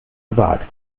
gewagt